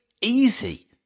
easy